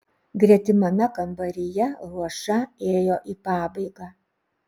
gretimame kambaryje ruoša ėjo į pabaigą